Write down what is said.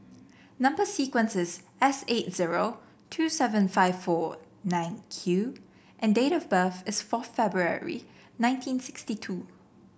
number sequence is S eight zero two seven five four nine Q and date of birth is four February nineteen sixty two